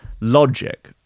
logic